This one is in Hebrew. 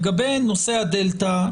לגבי נושא ה-דלתא,